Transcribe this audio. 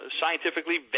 scientifically